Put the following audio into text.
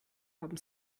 haben